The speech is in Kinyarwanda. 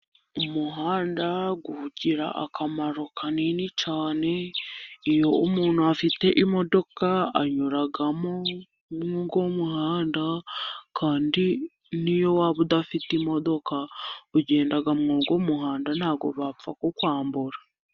Umuhanda ugira akamaro kanini cyane. Iyo umuntu afite imodoka anyura muri uwo muhanda. Kandi n'iyo waba udafite imodoka, ugenda muri uwo muhanda ntabwo bapfa kukwambura.